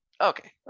okay